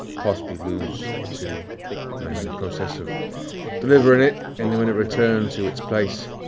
possibly lose two men in the process of delivering it, and then when it returned to its place